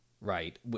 right